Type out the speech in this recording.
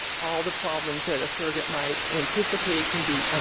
all the problems that a surrogate might anticipate can be